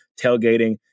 tailgating